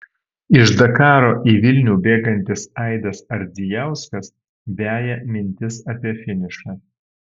iš dakaro į vilnių bėgantis aidas ardzijauskas veja mintis apie finišą